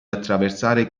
attraversare